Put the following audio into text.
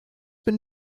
been